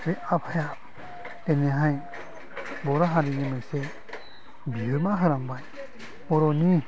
बे आफाया दिनैहाय बर' हारिनो मोनसे बिहोमा होलांबाय बर'नि